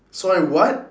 sorry what